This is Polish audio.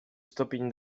stopień